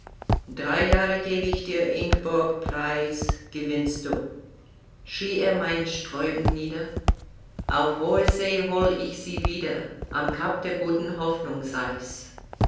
drei jahre geb ich dir ingborg preis gewinnst du schrie er mein sträuben nieder auf hoher see hol ich sie wieder am cap der guten hoffnung sei's